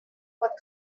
what